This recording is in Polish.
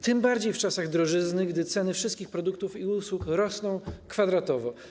Tym bardziej w czasach drożyzny, gdy ceny wszystkich produktów i usług rosną kwadratowo.